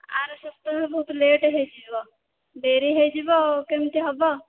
ଆର ସପ୍ତାହକୁ ଲେଟ୍ ହେଇଯିବ ଡେରି ହେଇଯିବ କେମିତି ହେବ